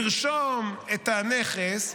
לרשום את הנכס,